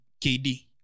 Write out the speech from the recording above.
KD